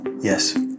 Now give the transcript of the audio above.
Yes